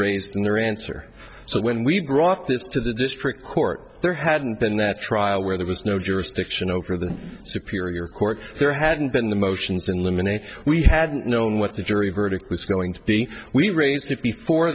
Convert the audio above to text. in their answer so when we brought this to the district court there hadn't been that trial where there was no jurisdiction over the superior court there hadn't been the motions in limine if we had known what the jury verdict was going to be we raised it before